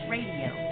Radio